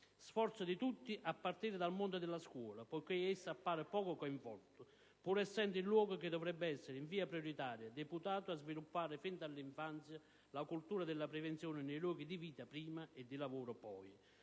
coinvolgere tutti, a partire dal mondo della scuola che appare poco coinvolto pur essendo il luogo che dovrebbe essere, in via prioritaria, deputato a sviluppare fin dall'infanzia la cultura della prevenzione nei luoghi di vita prima e di lavoro poi.